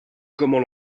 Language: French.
comment